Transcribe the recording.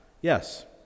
Yes